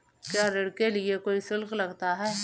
क्या ऋण के लिए कोई शुल्क लगता है?